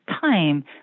time